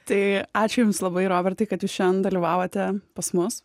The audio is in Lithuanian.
tai ačiū jums labai robertai kad jūs šianien dalyvavote pas mus